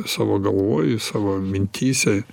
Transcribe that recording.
savo galvoj savo mintyse